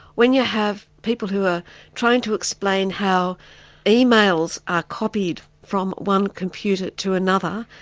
when you have people who are trying to explain how emails are copied from one computer to another,